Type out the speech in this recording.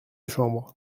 chambre